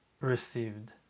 received